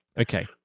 Okay